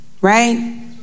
right